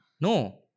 No